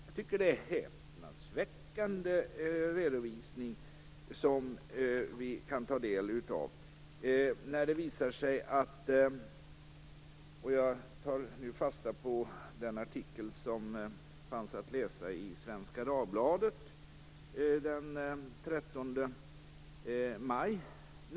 Jag tycker att det var en häpnadsväckande redovisning vi kunde ta del av i en artikel i Svenska Dagbladet den 13 maj i år.